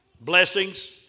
blessings